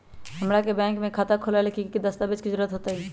हमरा के बैंक में खाता खोलबाबे ला की की दस्तावेज के जरूरत होतई?